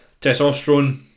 Testosterone